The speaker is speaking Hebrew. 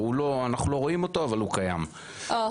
ושר החינוך יואב קיש אוהב את מכינות אופק,